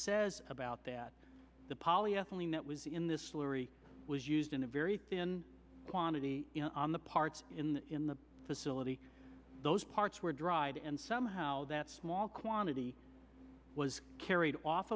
says about that the polyethylene that was in this slurry was used in a very thin quantity you know on the parts in in the facility those parts were dried and somehow that small quantity was carried off